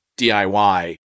DIY